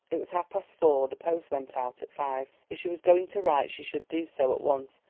it was half-past four the post went out at five if she was going to write, she should do so at once,